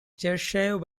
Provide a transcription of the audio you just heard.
cheshire